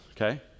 okay